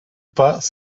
pas